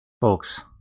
folks